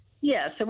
Yes